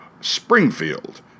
Springfield